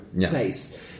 place